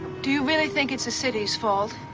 do you really think it's the city's fault?